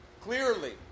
Clearly